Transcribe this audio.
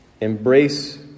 Embrace